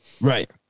right